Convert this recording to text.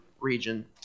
region